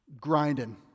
grinding